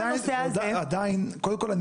קודם כול,